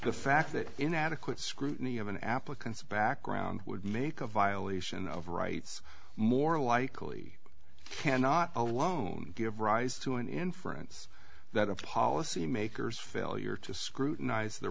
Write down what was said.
the fact that inadequate scrutiny of an applicant's background would make a violation of rights more likely cannot alone give rise to an inference that a policy makers failure to scrutinize the